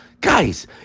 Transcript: guys